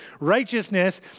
Righteousness